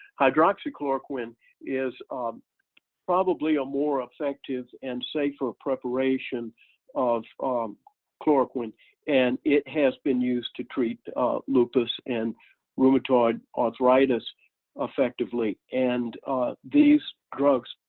hydroxychloroquine is probably a more effective and safer preparation of um chloroquine and it has been used to treat lupus and rheumatoid arthritis effectively and these drugs,